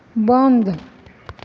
बन्द